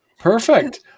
Perfect